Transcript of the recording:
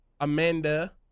Amanda